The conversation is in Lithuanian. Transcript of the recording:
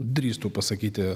drįstų pasakyti